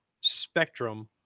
spectrum